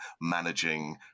managing